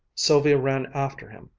sylvia ran after him,